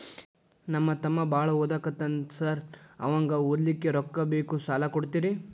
ನಮ್ಮ ತಮ್ಮ ಬಾಳ ಓದಾಕತ್ತನ ಸಾರ್ ಅವಂಗ ಓದ್ಲಿಕ್ಕೆ ರೊಕ್ಕ ಬೇಕು ಸಾಲ ಕೊಡ್ತೇರಿ?